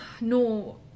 no